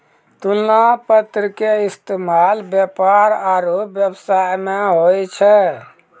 तुलना पत्र के इस्तेमाल व्यापार आरु व्यवसाय मे होय छै